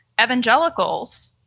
Evangelicals